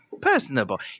personable